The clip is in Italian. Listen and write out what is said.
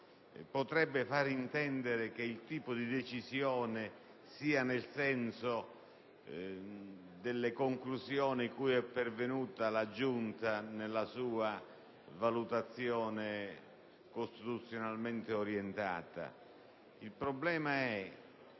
potrebbe far intendere che il tipo di decisione sia nel senso delle conclusioni cui è pervenuta la Giunta nella sua valutazione, costituzionalmente orientata. Il problema è